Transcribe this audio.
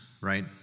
right